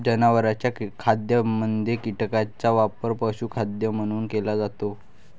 जनावरांच्या खाद्यामध्ये कीटकांचा वापर पशुखाद्य म्हणून केला जातो